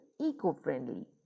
eco-friendly